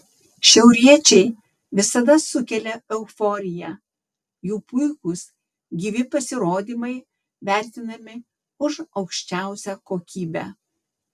šiauriečiai visada sukelia euforiją jų puikūs gyvi pasirodymai vertinami už aukščiausią kokybę